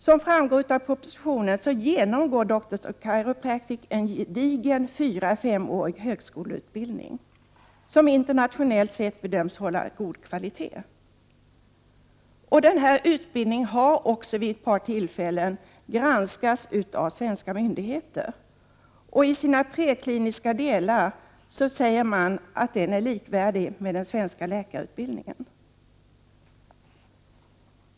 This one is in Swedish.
Som framgår av propositionen genomgår Doctors of Chiropractic en gedigen 4-5-årig högskoleutbildning, som internationellt bedömts hålla god kvalitet. Utbildningen har vid ett par tillfällen granskats av svenska myndigheter, och man säger att den i sina prekliniska delar är likvärdig med den svenska läkarutbildningen.